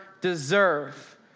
deserve